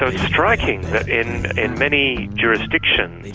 ah it's striking in in many jurisdictions